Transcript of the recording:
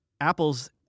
Apple's